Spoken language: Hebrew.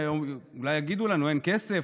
אולי יגידו לנו שאין כסף,